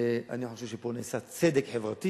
אני חושב שפה נעשה צדק חברתי